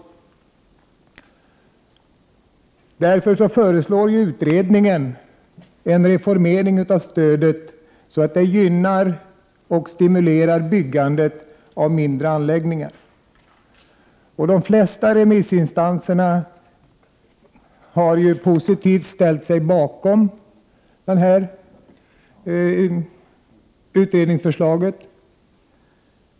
Därför föreslår man i utredningen en reformering av stödet så att det gynnar och stimulerar byggandet av mindre anläggningar. De flesta remissinstanserna har ställt sig positiva till utredningsförslaget.